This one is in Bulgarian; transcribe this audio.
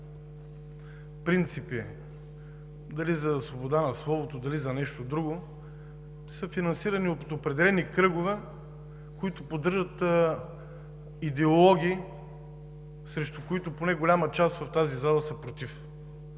принципи – дали за свобода на словото, дали за нещо друго, са финансирани от определени кръгове, които поддържат идеологии, срещу които поне голяма част от тази зала са „против“